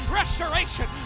restoration